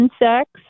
insects